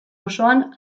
osoan